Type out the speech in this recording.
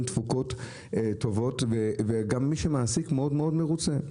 תפוקות טובות וגם מי שמעסיק מאוד מאוד מרוצה.